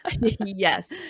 Yes